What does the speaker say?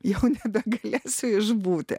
jau nebegalėsiu išbūti